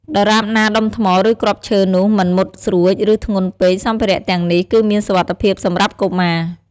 ដរាបណាដុំថ្ម ឬគ្រាប់ឈើនោះមិនមុតស្រួច ឬធ្ងន់ពេក សម្ភារៈទាំងនេះ គឺមានសុវត្ថិភាពសម្រាប់កុមារ។